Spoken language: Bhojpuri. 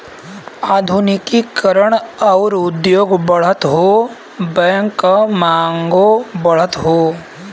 आधुनिकी करण आउर उद्योग बढ़त हौ बैंक क मांगो बढ़त हौ